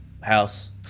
house